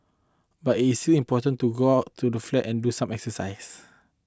but it is still important to go out to the flat and do some exercise